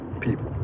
people